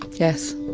yes